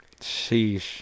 Sheesh